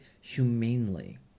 humanely